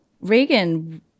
Reagan